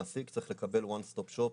מעסיק צריך לקבל one stop shop,